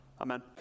Amen